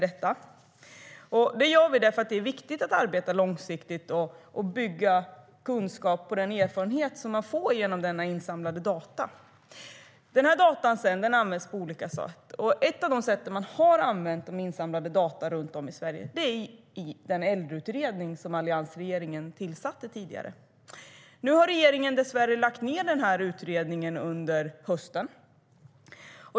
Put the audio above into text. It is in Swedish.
Det gör vi därför att det är viktigt att arbeta långsiktigt och bygga kunskap på den erfarenhet som man får genom insamlade data, vilka används på olika sätt runt om i Sverige. Insamlade data har till exempel använts i den äldreutredning som alliansregeringen tillsatte tidigare. Nu lade dessvärre regeringen ned denna utredning under hösten.